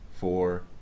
four